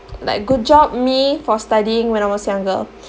like good job me for studying when I was younger